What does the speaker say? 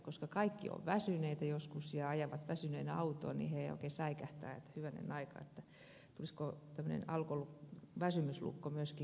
koska kaikki ovat joskus väsyneitä ja ajavat väsyneinä autoa he oikein säikähtävät että hyvänen aika tulisiko tämmöinen väsymyslukko myöskin heille